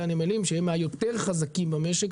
הנמלים שהם מהעובדים היותר חזקים במשק.